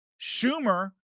Schumer